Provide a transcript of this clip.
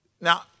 Now